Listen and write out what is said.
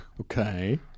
Okay